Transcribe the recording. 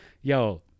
yo